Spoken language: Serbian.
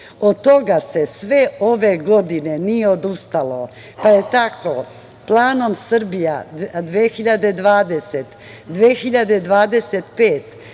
toga se sve ove godine nije odustalo, pa je tako planom „Srbija 2020 – 2025“